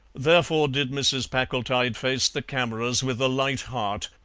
therefore did mrs. packletide face the cameras with a light heart,